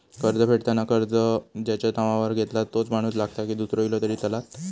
कर्ज फेडताना कर्ज ज्याच्या नावावर घेतला तोच माणूस लागता की दूसरो इलो तरी चलात?